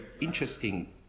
interesting